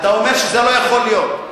אתה אומר שזה לא יכול להיות,